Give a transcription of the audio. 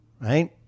right